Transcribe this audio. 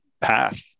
path